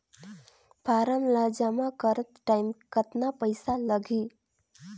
Form ला जमा करत टाइम कतना पइसा लगही?